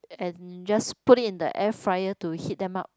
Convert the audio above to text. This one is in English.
and just put it in the air fryer to heat them up